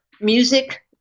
music